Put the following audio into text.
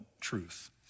truth